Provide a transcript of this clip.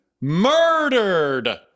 murdered